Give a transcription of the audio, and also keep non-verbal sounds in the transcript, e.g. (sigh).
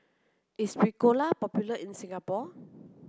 is (noise) Ricola popular in Singapore